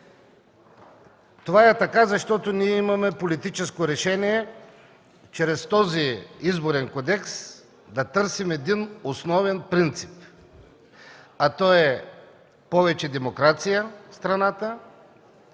Това е така, защото ние имаме политическо решение чрез този Изборен кодекс да търсим един основен принцип, а той е: повече демокрация в страната